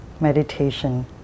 meditation